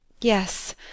yes